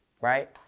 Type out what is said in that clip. right